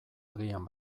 agian